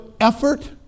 effort